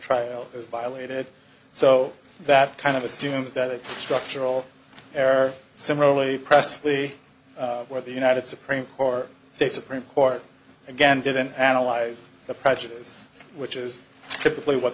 trial is violated so that kind of assumes that its structural air similarly pressley where the united supreme court state supreme court again didn't analyze the prejudice which is typically what